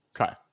okay